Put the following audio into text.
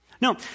No